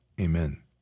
Amen